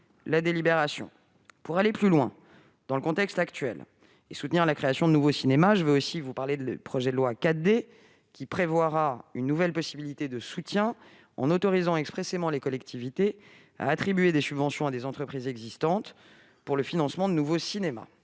la délibération. Pour aller plus loin dans le contexte actuel et soutenir la création de nouveaux cinémas, le projet de loi « 4D » prévoira une nouvelle possibilité de soutien, en autorisant expressément les collectivités à attribuer des subventions à des entreprises existantes pour le financement de nouveaux cinémas.